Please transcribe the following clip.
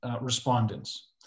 respondents